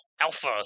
Alpha